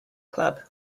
club